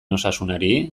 osasunari